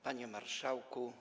Panie Marszałku!